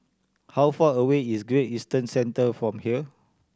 how far away is Great Eastern Centre from here